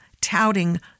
touting